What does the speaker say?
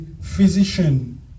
physician